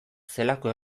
zelako